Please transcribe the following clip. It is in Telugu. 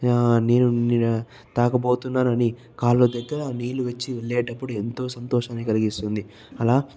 నీరు తాకబోతున్నారని కాళ్ళ దగ్గర నీరు వచ్చి వెళ్ళేటప్పుడు ఎంతో సంతోషాన్ని కలిగిస్తుంది అలా